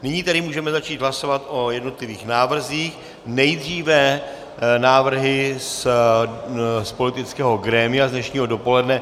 Nyní tedy můžeme začít hlasovat o jednotlivých návrzích, nejdříve návrhy z politického grémia z dnešního dopoledne.